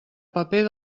paper